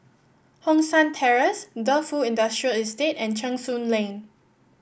Hong San Terrace Defu Industrial Estate and Cheng Soon Lane